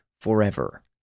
forever